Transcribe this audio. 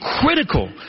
critical